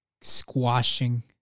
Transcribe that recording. squashing